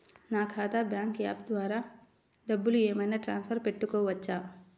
నా ఖాతా bank app ద్వారా డబ్బులు ఏమైనా ట్రాన్స్ఫర్ పెట్టుకోవచ్చా?